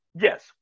yes